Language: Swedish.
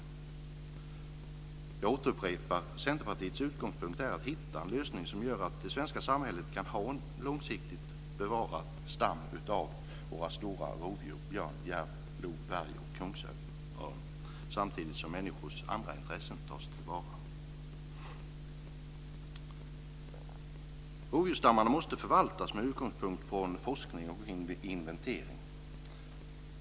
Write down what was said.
Jag upprepar: Centerpartiets utgångspunkt är att man ska hitta en lösning som gör att det svenska samhället kan ha en långsiktigt bevarad stam av våra stora rovdjur, björn, järv, lo, varg och kungsörn samtidigt som människors andra intressen tas till vara. Rovdjursstammarna måste förvaltas med utgångspunkt från forskning och inventering.